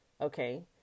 Okay